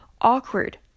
awkward